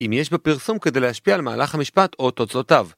‫אם יש בפרסום כדי להשפיע ‫על מהלך המשפט או תוצאותיו.